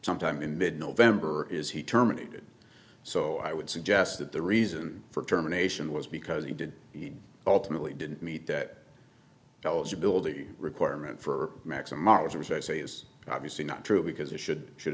sometime in mid november is he terminated so i would suggest that the reason for determination was because he did ultimately didn't meet that eligibility requirement for maximum ours which i say is obviously not true because it should should